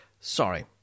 Sorry